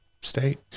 state